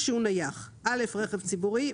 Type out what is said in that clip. כשהוא נייח: (א) רכב ציבורי,